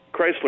Chrysler